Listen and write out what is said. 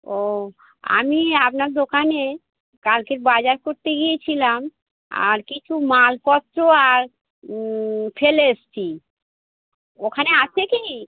ও আমি আপনার দোকানে কালকের বাজার করতে গিয়েছিলাম আর কিছু মালপত্র আর ফেলে এসেছি ওখানে আছে কী